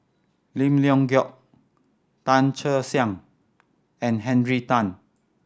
Lim Leong Geok Tan Che Sang and Henry Tan